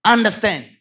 Understand